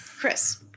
Chris